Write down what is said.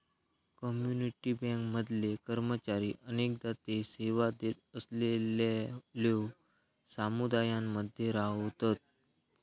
community bank मधले कर्मचारी अनेकदा ते सेवा देत असलेलल्यो समुदायांमध्ये रव्हतत